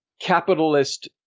capitalist